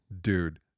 dude